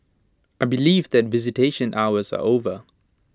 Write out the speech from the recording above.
I believe that visitation hours are over